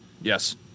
Yes